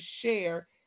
share